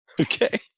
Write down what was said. Okay